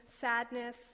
sadness